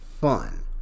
fun